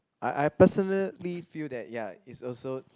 I I personally feel that ya is also